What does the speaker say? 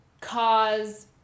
cause